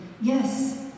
Yes